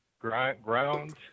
ground